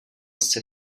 sci